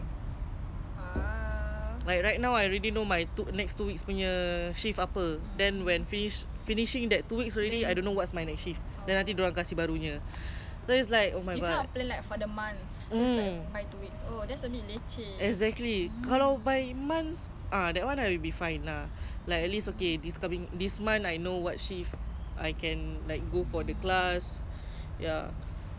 exactly kalau by months ah that [one] I would be fine lah like at least okay this month I know what shift I can like go for class by end of this month dapat gaji that [one] I'm saving up already allahu akbar lesen lesen kahwin tunggu date to book up